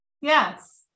Yes